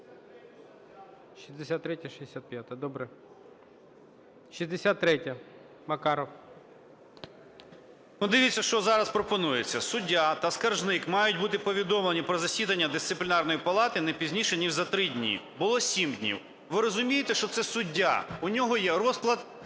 63-я, Макаров. 11:26:06 МАКАРОВ О.А. Дивіться, що зараз пропонується: суддя та скаржник мають бути повідомлені про засідання Дисциплінарної палати не пізніше ніж за три дні. Було сім днів. Ви розумієте, що це суддя, у нього є розклад